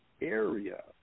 area